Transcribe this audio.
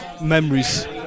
memories